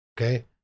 okay